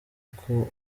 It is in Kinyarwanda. uko